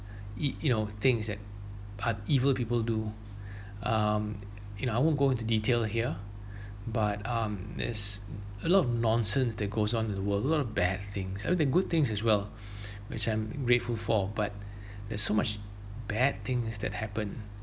you you know things that part evil people do um you know I won't go into detail here but um there's a lot of nonsense that goes on in the world a lot of bad things I know the good things as well which I'm grateful for but there's so much bad things that happen